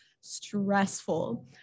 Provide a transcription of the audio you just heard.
stressful